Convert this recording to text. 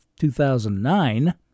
2009